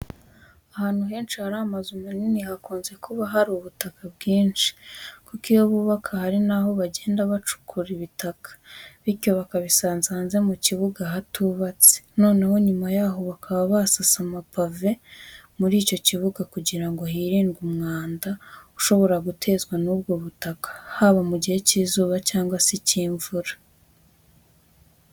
Ahantu henshi hari amazu manini hakunze kuba hari ubutaka bwinshi kuko iyo bubaka hari n'aho bagenda bacukura ibitaka bityo bakabisanza hanze mu kibuga ahatubatse noneho nyuma y'aho bakaba basasa amapave muri icyo kibuga kugira ngo hirindwe umwanda ushobora gutezwa n'ubwo butaka haba mu gihe cy'izuba cyangwa se icy'imvura.